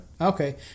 Okay